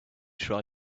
try